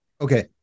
Okay